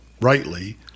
rightly